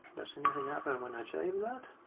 does anything happen when i saved that?